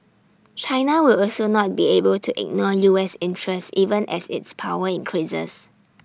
China will also not be able to ignore U S interests even as its power increases